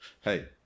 Hey